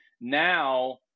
now